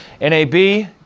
NAB